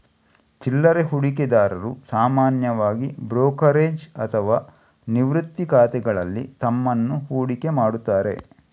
ಚಿಲ್ಲರೆ ಹೂಡಿಕೆದಾರರು ಸಾಮಾನ್ಯವಾಗಿ ಬ್ರೋಕರೇಜ್ ಅಥವಾ ನಿವೃತ್ತಿ ಖಾತೆಗಳಲ್ಲಿ ತಮ್ಮನ್ನು ಹೂಡಿಕೆ ಮಾಡುತ್ತಾರೆ